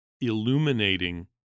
illuminating